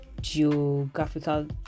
geographical